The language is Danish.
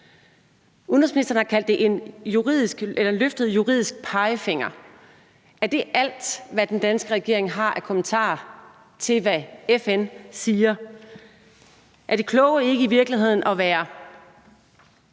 Udenrigsministeren har kaldt det en løftet juridisk pegefinger. Er det alt, hvad den danske regering har af kommentarer til, hvad FN siger? Er det kloge ikke i virkeligheden at være